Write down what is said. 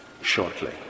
shortly